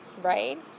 right